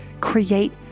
create